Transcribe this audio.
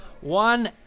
One